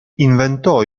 inventò